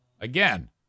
Again